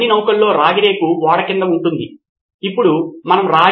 సిద్ధార్థ్ మాతురి కాబట్టి అది మొదటి అడుగు అని నేను అనుకుంటున్నాను